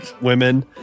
women